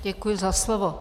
Děkuji za slovo.